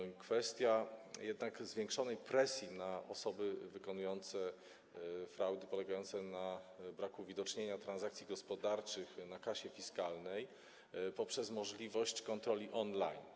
Chodzi o kwestię zwiększonej jednak presji na osoby wykonujące fraudy, polegające na braku uwidocznienia transakcji gospodarczych na kasie fiskalnej, poprzez możliwość kontroli on-line.